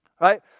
Right